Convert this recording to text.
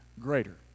greater